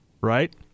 right